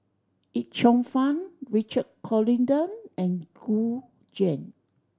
Yip Cheong Fun Richard Corridon and Gu Juan